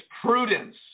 prudence